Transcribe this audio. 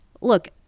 look